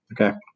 okay